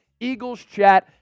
EaglesChat